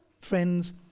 friends